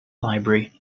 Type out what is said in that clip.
library